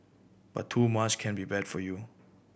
but too much can be bad for you